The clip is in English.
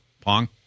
Pong